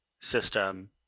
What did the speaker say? system